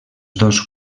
dos